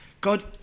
God